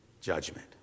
judgment